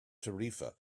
tarifa